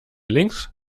links